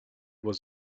was